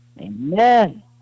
Amen